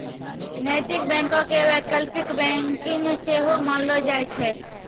नैतिक बैंको के वैकल्पिक बैंकिंग सेहो मानलो जाय छै